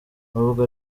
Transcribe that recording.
nubwo